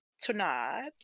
tonight